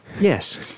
yes